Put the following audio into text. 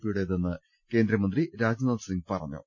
P യുടേതെന്ന് കേന്ദ്രമന്ത്രി രാജ്നാഥ് സിംഗ് പറഞ്ഞു